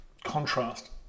contrast